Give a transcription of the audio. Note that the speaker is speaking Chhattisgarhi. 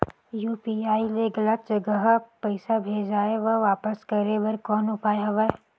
यू.पी.आई ले गलत जगह पईसा भेजाय ल वापस करे बर कौन उपाय हवय?